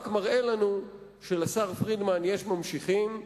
רק מראה לנו שלשר פרידמן יש ממשיכים,